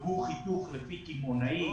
זה חיתוך לפי קמעונאים,